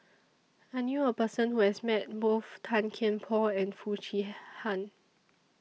I knew A Person Who has Met Both Tan Kian Por and Foo Chee Han